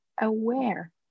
aware